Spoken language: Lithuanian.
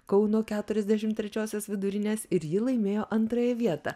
kauno keturiasdešim trečiosios vidurinės ir ji laimėjo antrąją vietą